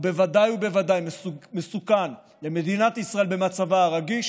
ובוודאי ובוודאי מסוכן למדינת ישראל במצבה הרגיש,